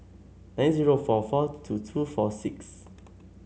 nine zero four four two two four six